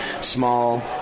small –